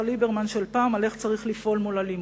ליברמן של פעם על איך צריך לפעול מול אלימות.